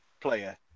player